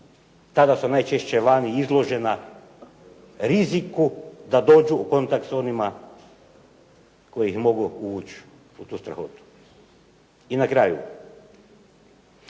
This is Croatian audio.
tada su najčešće vani izložena riziku da dođu u kontakt s onima koji mogu ući u tu strahotu. I na kraju